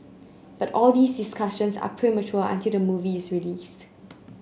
but all these discussions are premature until the movie is released